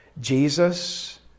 Jesus